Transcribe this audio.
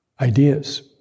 ideas